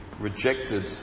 Rejected